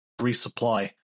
resupply